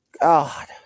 God